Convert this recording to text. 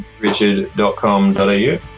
richard.com.au